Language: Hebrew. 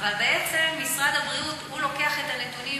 אבל בעצם משרד הבריאות לוקח את הנתונים